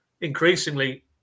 increasingly